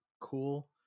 cool